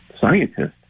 scientist